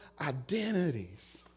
identities